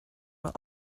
were